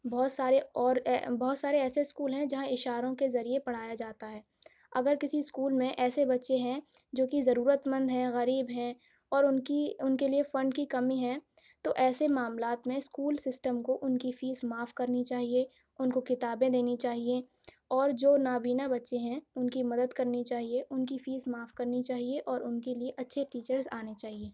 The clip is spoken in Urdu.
بہت سارے اور بہت سارے ایسے اسکول ہیں جہاں اشاروں کے ذریعے پڑھایا جاتا ہے اگر کسی اسکول میں ایسے بچے ہیں جوکہ ضرورت مند ہیں غریب ہیں اور ان کی ان کے لیے فنڈ کی کمی ہے تو ایسے معاملات میں اسکول سسٹم کو ان کی فیس معاف کرنی چاہیے ان کو کتابیں دینی چاہیے اور جو نابینا بچے ہیں ان کی مدد کرنی چاہیے ان کی فیس معاف کرنی چاہیے اور ان کے لیے اچھے ٹیچرز آنے چاہیے